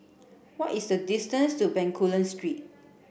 what is the distance to Bencoolen Street